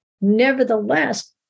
nevertheless